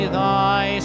thy